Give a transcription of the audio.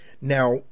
Now